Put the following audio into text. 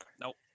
Nope